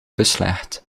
beslecht